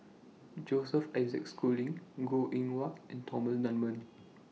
Joseph Isaac Schooling Goh Eng Wah and Thomas Dunman